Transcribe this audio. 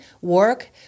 work